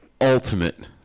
ultimate